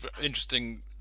interesting